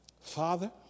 father